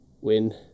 Win